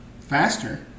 faster